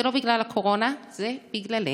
זה לא בגלל הקורונה, זה בגללנו.